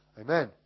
Amen